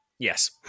Yes